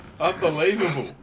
unbelievable